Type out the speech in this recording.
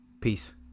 Peace